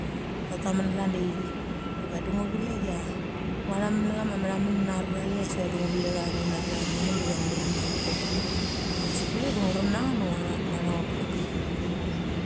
Tatamen klan de ithit de vedi uvalek cha ngo thamen nechama methamen a rurchaes vadi ngu velek a ngu nari amatha men diva ngu rem nacha nget koki diva sik kule ngu rem nacha nget du ngia tha ngia tha nget koki.